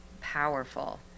powerful